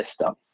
system